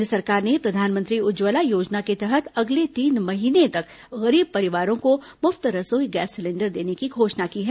केन्द्र सरकार ने प्रधानमंत्री उज्जवला योजना के तहत अगले तीन महीने तक गरीब परिवारों को मुफ्त रसोई गैस सिलेंडर देने की घोषणा की है